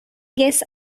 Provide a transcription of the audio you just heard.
guess